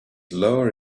lower